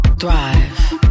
thrive